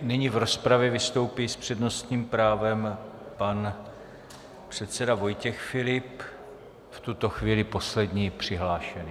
Nyní v rozpravě vystoupí s přednostním právem pan předseda Vojtěch Filip, v tuto chvíli poslední přihlášený.